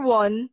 one